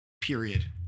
period